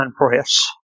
press